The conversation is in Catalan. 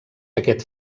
aquest